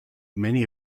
many